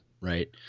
Right